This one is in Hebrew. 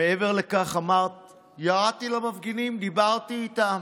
מעבר לכך, אמרת: ירדתי למפגינים, דיברתי איתם.